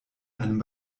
einem